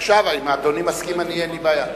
אם אדוני מסכים, לי אין בעיה.